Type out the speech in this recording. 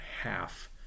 half